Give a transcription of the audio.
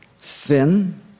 sin